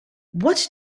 what